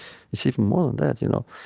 it's even more than that, you know.